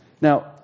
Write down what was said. Now